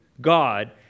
God